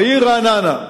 בעיר רעננה.